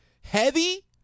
heavy